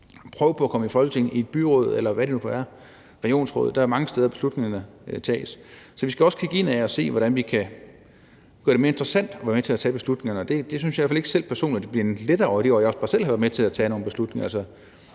prøve på at komme i Folketinget, i et byråd eller regionsråd, eller hvad det nu kan være. Der er mange steder, hvor beslutningerne tages. Så vi skal også kigge indad og se, hvordan vi kan gøre det mere interessant at være med til at tage beslutningerne. Det synes jeg i hvert fald ikke selv personligt er blevet lettere; det gælder også der, hvor jeg selv har været med til at tage nogle beslutninger.